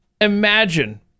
imagine